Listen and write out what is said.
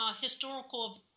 historical